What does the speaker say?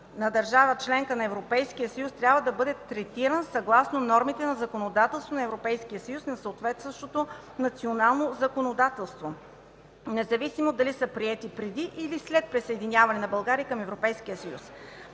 на държава – членка на Европейския съюз, трябва да бъде третиран, съгласно нормите на законодателството на Европейския съюз на съответстващото национално законодателство, независимо дали са приети преди или след присъединяване на България към